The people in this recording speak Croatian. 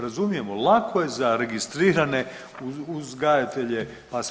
Razumijemo lako je za registrirane uzgajatelje pasa.